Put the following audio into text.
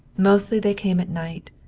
mostly they came at night,